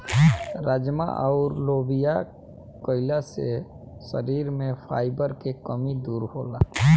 राजमा अउर लोबिया खईला से शरीर में फाइबर के कमी दूर होला